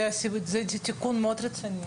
זה תיקון מאוד רציני.